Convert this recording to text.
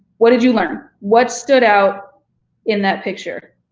what did you learn? what stood out in that picture?